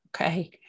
Okay